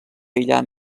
aïllar